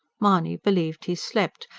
mahony believed he slept,